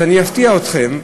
אז אני אפתיע אתכם,